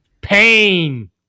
Pain